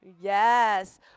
Yes